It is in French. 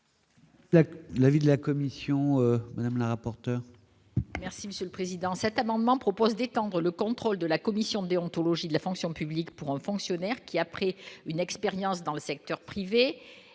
L'avis de la commission, même la rapporteure.